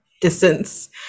distance